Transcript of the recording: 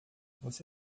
você